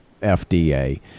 FDA